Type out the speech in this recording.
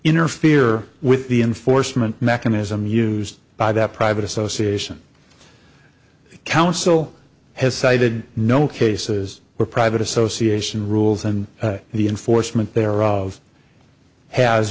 interfere with the enforcement mechanism used by that private association counsel has cited no cases where private association rules and the enforcement thereof has